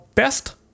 Best